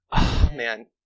Man